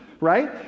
right